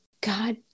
God